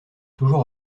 toujours